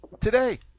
Today